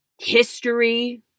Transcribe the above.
history